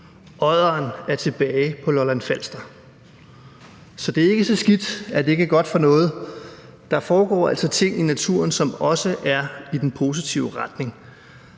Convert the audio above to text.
»Odderen er tilbage på Lolland-Falster: - Det er helt vildt«. Så det er ikke så skidt, at det ikke er godt for noget. Der foregår altså ting i naturen, som også er i den positive retning.